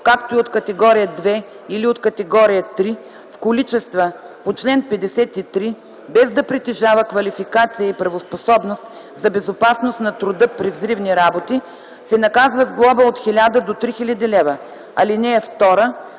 както и от категория 2 или от категория 3 в количествата по чл. 53, без да притежава квалификация и правоспособност за безопасност на труда при взривни работи, се наказва с глоба от 1000 до 3000 лв. (2)